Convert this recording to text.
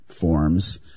forms